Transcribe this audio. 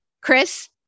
Chris